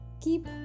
keep